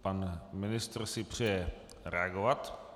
Pan ministr si přeje reagovat.